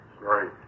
Right